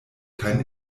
kein